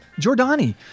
Giordani